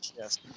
Yes